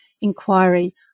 inquiry